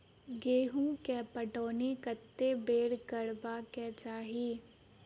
गेंहूँ केँ पटौनी कत्ते बेर करबाक चाहि?